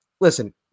Listen